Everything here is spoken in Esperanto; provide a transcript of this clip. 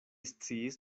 sciis